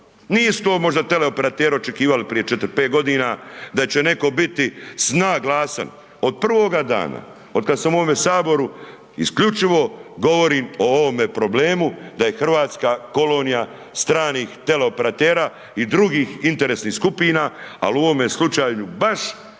Nisu to možda teleoperateri očekivali prije 4, 5 g. da će netko biti …/Govornik se ne razumije./… od prvoga dana, od kada sam u ovome Saboru, isključivo govorim o ovome problemu, da je Hrvatska kolonija, stranih teleoperatera i drugih interesnih skupina, ali u ovome slučaju, baš